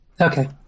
Okay